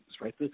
right